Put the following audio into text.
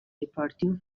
departure